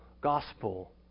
gospel